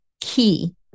key